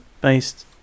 based